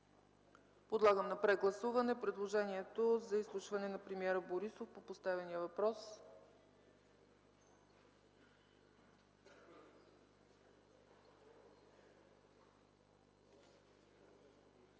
Подлагам на прегласуване предложението за изслушване на премиера Борисов по поставения въпрос.